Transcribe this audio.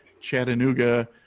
Chattanooga